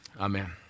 amen